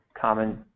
common